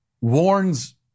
warns